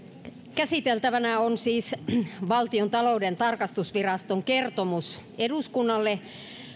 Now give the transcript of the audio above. käsiteltävänä on siis valtiontalouden tarkastusviraston kertomus eduskunnalle